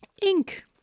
ink